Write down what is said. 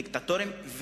דיקטטוריים,